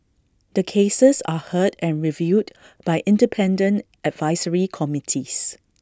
the cases are heard and reviewed by independent advisory committees